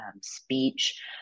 speech